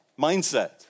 mindset